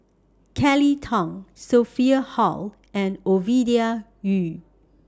Kelly Tang Sophia Hull and Ovidia Yu